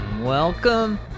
Welcome